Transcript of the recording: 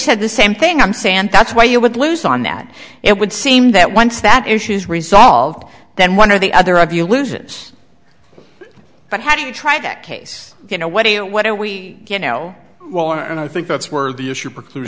said the same thing i'm sande that's why you would lose on that it would seem that once that issue is resolved then one or the other of you loses but how do you try that case you know what are you what are we to know and i think that's where the issue preclu